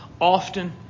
often